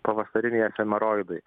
pavasariniai efemeroidai